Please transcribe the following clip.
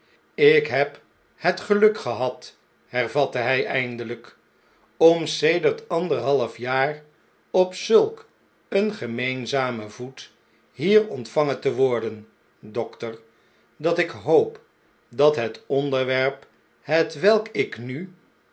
lk heb het geluk gehad hervatte hij eindelp om sedert anderhalf jaar op zulk een gemeenzamen voet hier ontvangen te worden dokter dat ik hoop dat het onderwerp hetwelk ik nu